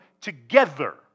together